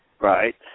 Right